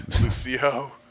Lucio